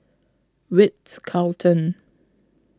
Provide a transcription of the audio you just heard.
Ritz Carlton